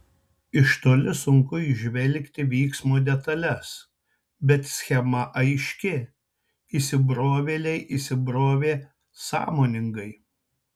iš toli sunku įžvelgti vyksmo detales bet schema aiški įsibrovėliai įsibrovė sąmoningai